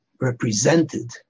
represented